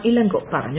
ഇളങ്കോ പറഞ്ഞു